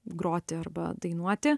groti arba dainuoti